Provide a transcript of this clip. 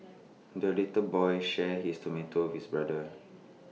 the little boy shared his tomato with brother